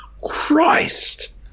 Christ